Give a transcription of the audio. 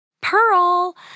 Pearl